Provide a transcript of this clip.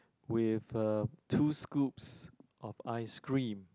with a two scoops of ice cream